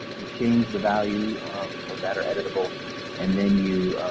you change the value or better editable and then you,